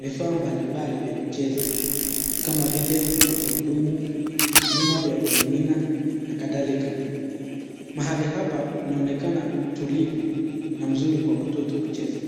vifaa mbalimbali vya kucheza kama vile makurudumu, vyuma vya kuningina na kadhalika. Mahali hapa inaonekana tulivu na mzuri kwa watoto kucheza.